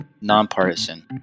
nonpartisan